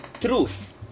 truth